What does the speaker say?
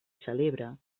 celebra